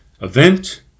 event